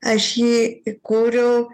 aš jį įkūriau